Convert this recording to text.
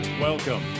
Welcome